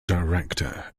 director